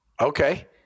okay